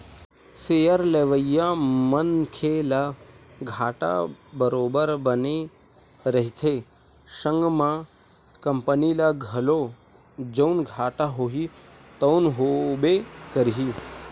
share लेवइया मनखे ल घाटा बरोबर बने रहिथे संग म कंपनी ल घलो जउन घाटा होही तउन होबे करही